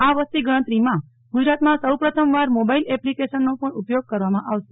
આ વસતિ ગણતરીમાં ગુજરાતમાં સૌ પ્રથમવાર મોબાઇલ એપ્લિકેશનનો પણ ઉપયોગ કરવામાં આવશે